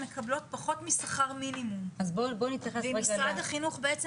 מקבלות פחות משכר מינימום ואם משרד החינוך בעצם